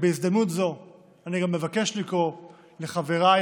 ובהזדמנות זו אני גם מבקש לקרוא לחבריי,